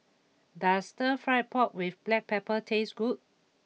does Stir Fried Pork with Black Pepper taste good